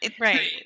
right